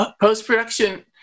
post-production